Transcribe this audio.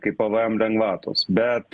kaip pvm lengvatos bet